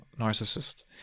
narcissist